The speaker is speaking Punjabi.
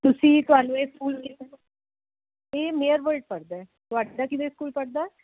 ਤੁਸੀਂ ਤੁਹਾਨੂੰ ਇਹ ਸਕੂਲ ਤੇ ਮੇਅਰ ਵਟ ਦਾ ਪੜਦਾ ਤੁਹਾਡਾ ਕਿਵੇਂ ਸਕੂਲ ਪੜਦਾ